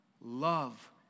love